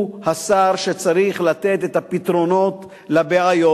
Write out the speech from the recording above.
הוא השר שצריך לתת את הפתרונות לבעיות.